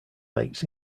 lakes